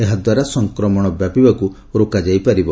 ଏହାଦ୍ୱାରା ସଂକ୍ରମଣ ବ୍ୟାପିବାକୁ ରୋକାଯାଇପାରିବ